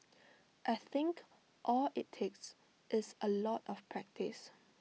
I think all IT takes is A lot of practice